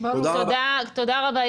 תודה רבה,